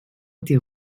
été